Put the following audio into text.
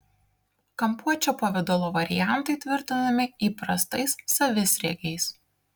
kampuočio pavidalo variantai tvirtinami įprastais savisriegiais